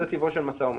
זה טבעו של משא ומתן.